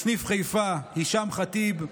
בסניף חיפה, הישאם ח'טיב,